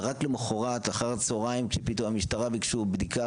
ורק למחרת אחר הצהריים שפתאום המשטרה ביקשו בדיקה,